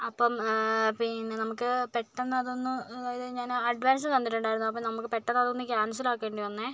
അപ്പം പിന്നെ നമുക്ക് പെട്ടെന്ന് അത് ഒന്ന് അത് ഞാൻ അഡ്വാൻസ് തന്നിട്ടുണ്ടായിരുന്നു അപ്പോൾ നമുക്ക് പെട്ടെന്ന് അതൊന്ന് ക്യാൻസൽ ആക്കേണ്ടി വന്നേ